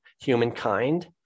humankind